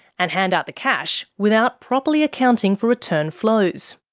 and hand out the cash, without properly accounting for return flows.